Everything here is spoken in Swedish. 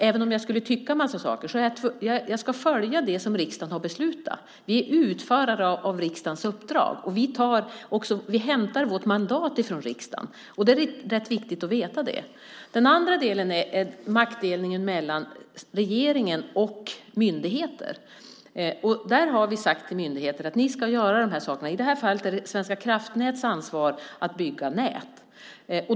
Även om jag skulle tycka en massa saker, ska jag följa det som riksdagen har beslutat. Vi är utförare av riksdagens uppdrag och hämtar vårt mandat från riksdagen. Det är rätt viktigt att veta det. Den andra delen är maktdelningen mellan regeringen och myndigheterna. Vi har sagt till myndigheterna: Ni ska göra de här sakerna. I det här fallet är det Svenska kraftnäts ansvar att bygga nät.